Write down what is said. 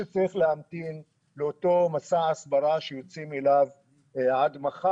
את כלל אזרחי ישראל שחוזרים מחו"ל לעבור